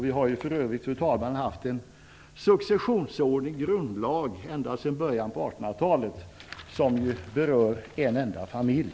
Vi har ju för övrigt, fru talman, haft en successionsordning i grundlagen ända sedan början på 1800-talet som bara berör en enda familj.